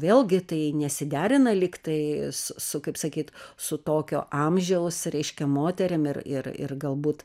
vėlgi tai nesiderina lygtai s su kaip sakyt su tokio amžiaus reiškia moterim ir ir ir galbūt